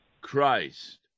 Christ